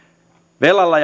velalla